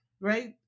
right